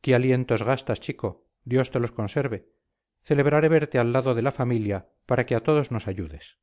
qué alientos gastas chico dios te los conserve celebraré verte al lado de la familia para que a todos nos ayudes